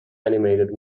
animated